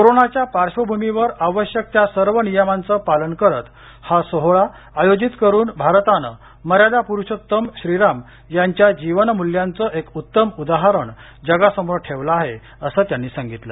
कोरोनाच्या पार्श्वभूमीवर आवश्यक सर्व नियमांचं पालन करत हा सोहळा आयोजीत करून भारतानं मर्यादा पुरुषोत्तम श्रीराम यांच्या जीवन मूल्यांचं एक उत्तम उदाहरण जगासमोर ठेवलं आहे अस त्यांनी सांगितलं